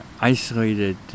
isolated